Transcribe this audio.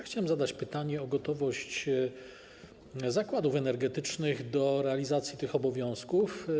Chciałem zadać pytanie o gotowość zakładów energetycznych do realizacji tych obowiązków.